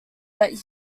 that